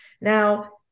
Now